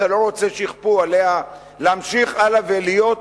אתה לא רוצה שיכפו עליה להמשיך הלאה ולהיות